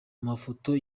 mafoto